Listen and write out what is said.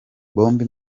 bombe